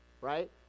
right